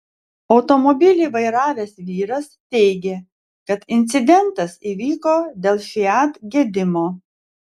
automobilį vairavęs vyras teigė kad incidentas įvyko dėl fiat gedimo